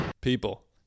People